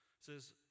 Says